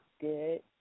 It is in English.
good